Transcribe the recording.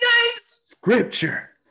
Scripture